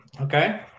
Okay